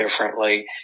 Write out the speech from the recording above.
differently